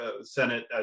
Senate